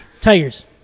Tigers